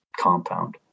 compound